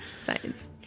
Science